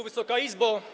Wysoka Izbo!